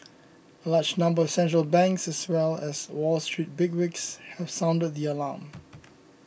a large number of central banks as well as Wall Street bigwigs have sounded the alarm